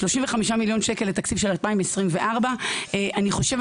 35 מיליון שקל לתקציב של 2024. אני חושבת